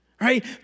right